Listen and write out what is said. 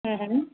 हा